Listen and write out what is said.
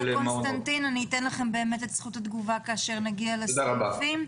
אני אתן לכם את זכות התגובה כאשר נגיע לסעיפים.